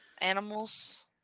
animals